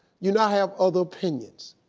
you now have other opinions.